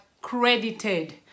credited